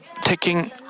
taking